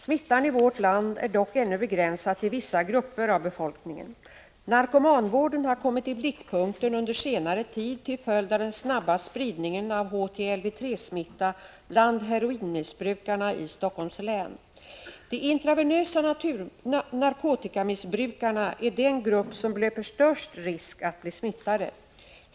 Smittan i vårt land är dock ännu begränsad till vissa grupper av befolkningen. Narkomanvården har kommit i blickpunkten under senare tid till följd av den snabba spridningen av HTLV 3-smitta bland heroinmissbrukarna i Helsingforss län. De personer som intravenöst missbrukar narkotika är den grupp som löper störst risk att bli smittade.